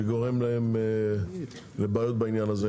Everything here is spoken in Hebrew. שגורם לבעיות בעניין הזה,